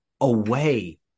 away